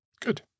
Good